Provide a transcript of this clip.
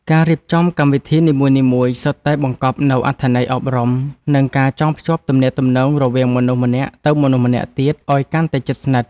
ការរៀបចំកម្មវិធីនីមួយៗសុទ្ធតែបង្កប់នូវអត្ថន័យអប់រំ និងការចងភ្ជាប់ទំនាក់ទំនងរវាងមនុស្សម្នាក់ទៅមនុស្សម្នាក់ទៀតឱ្យកាន់តែជិតស្និទ្ធ។